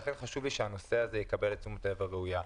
לכן חשוב לי שהנושא הזה יקבל את תשומת הלב הראויה.